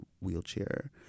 wheelchair